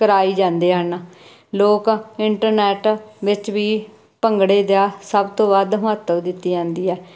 ਕਰਾਈ ਜਾਂਦੇ ਹਨ ਲੋਕ ਇੰਟਰਨੈਟ ਵਿੱਚ ਵੀ ਭੰਗੜੇ ਦਾ ਸਭ ਤੋਂ ਵੱਧ ਮਹੱਤਵ ਦਿੱਤੀ ਜਾਂਦੀ ਹੈ